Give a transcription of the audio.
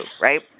right